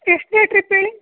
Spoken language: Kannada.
ಎಷ್ಟನೇ ಟ್ರಿಪ್ ಹೇಳಿ